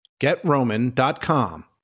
GetRoman.com